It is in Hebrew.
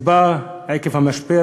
זה בא עקב המשבר